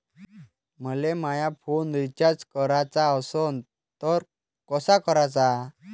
मले माया phone recharge कराचा असन तर कसा कराचा?